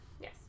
Yes